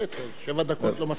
שבע דקות לא מספיקות?